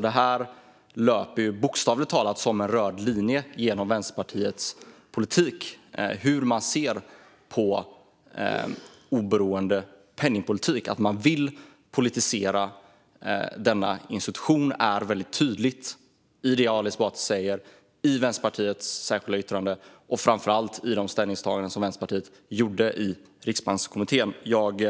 Det löper alltså bokstavligt talat som en röd tråd genom Vänsterpartiets politik hur man ser på oberoende penningpolitik. Att man vill politisera denna institution är väldigt tydligt i det Ali Esbati säger, i Vänsterpartiets särskilda yttrande och framför allt i de ställningstaganden Vänsterpartiet gjorde i Riksbankskommittén. Jag